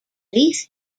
leith